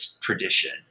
tradition